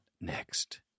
next